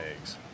eggs